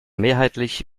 mehrheitlich